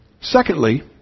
Secondly